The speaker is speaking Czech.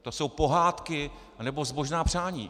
To jsou pohádky anebo zbožná přání.